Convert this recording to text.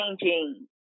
changing